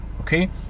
okay